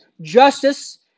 Justice